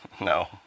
no